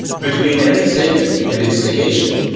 between any statement and its negation,